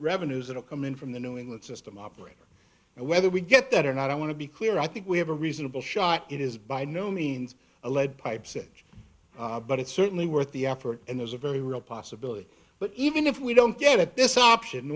revenues that are coming from the new england system operator and whether we get that or not i want to be clear i think we have a reasonable shot it is by no means a lead pipe cinch but it's certainly worth the effort and there's a very real possibility but even if we don't get this option